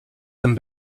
them